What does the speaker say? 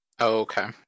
okay